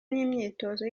n’imyitozo